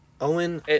Owen